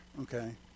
Okay